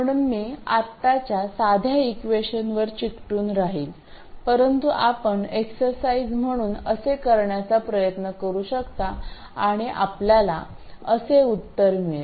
म्हणून मी आताच्या साध्या इक्वेशनवर चिकटून राहीन परंतु आपण एक्सरसाईज म्हणून असे करण्याचा प्रयत्न करू शकता आणि आपल्याला असे उत्तर मिळेल